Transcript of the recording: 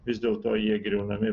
vis dėl to jie griaunami